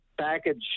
package